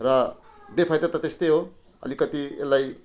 र बेफाइदा त त्यस्तै हो अलिकति यसलाई